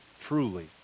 Truly